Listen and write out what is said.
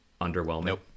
underwhelming